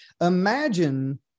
Imagine